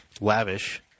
lavish